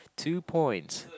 two points